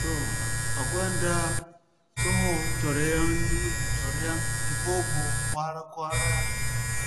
Tooh a gonda sohõ coro yaŋ ni ma du coro yaŋ, i boobo, kwaara-kwaara,